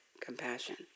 compassion